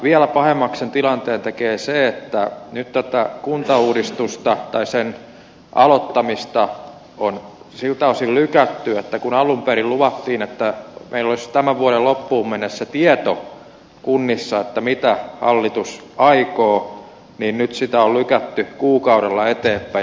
vielä pahemmaksi sen tilanteen tekee se että nyt tätä kuntauudistuksen aloittamista on siltä osin lykätty kun alun perin luvattiin että meillä olisi tämän vuoden loppuun mennessä tieto kunnissa mitä hallitus aikoo kuukaudella eteenpäin